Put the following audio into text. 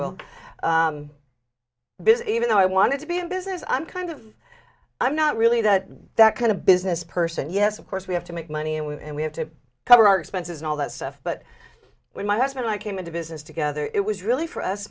will busy even though i wanted to be in business i'm kind of i'm not really that that kind of business person yes of course we have to make money and we have to cover our expenses and all that stuff but when my husband i came into business together it was really